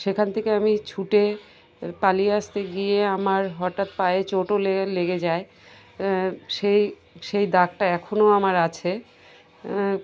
সেখান থেকে আমি ছুটে পালিয়ে আসতে গিয়ে আমার হঠাৎ পায়ে চোটও লেগ লেগে যায় সেই সেই দাগটা এখনও আমার আছে